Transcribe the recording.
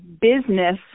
business